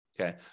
Okay